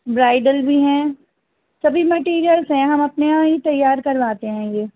bridal بھی ہیں سبھی مٹیریلس ہیں ہم اپنے یہاں ہی تیار کرواتے ہیں یہ